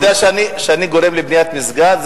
אתה יודע שאני גורם לבניית מסגד?